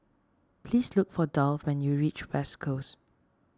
please look for Dolph when you reach West Coast